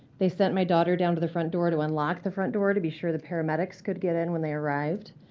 they sent my daughter down to the front door to unlock the front door to be sure the paramedics could get in when they arrived.